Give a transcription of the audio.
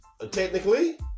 Technically